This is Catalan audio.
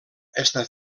està